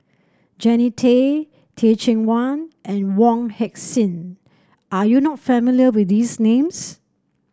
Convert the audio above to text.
Jannie Tay Teh Cheang Wan and Wong Heck Sing are you not familiar with these names